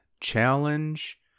challenge